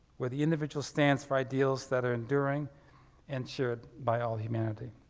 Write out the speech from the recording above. where the individual stands for ideals that are enduring and shared by all humanity.